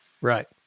right